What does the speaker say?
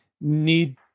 need